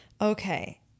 Okay